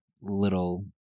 little